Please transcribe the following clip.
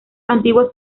antiguos